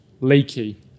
Leaky